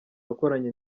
wakoranye